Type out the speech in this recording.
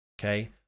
okay